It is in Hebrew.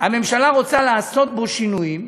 והממשלה רוצה לעשות בו שינויים,